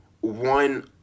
one